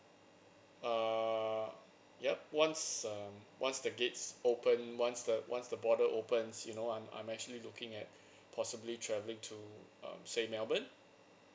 err yup once um once the gates open once the once the border opens you know I'm I'm actually looking at possibly travelling to um say melbourne